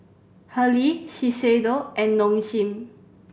Hurley Shiseido and Nong Shim